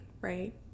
right